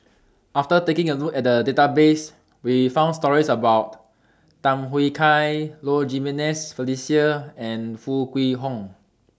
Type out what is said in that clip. after taking A Look At The Database We found stories about Tham Yui Kai Low Jimenez Felicia and Foo Kwee Horng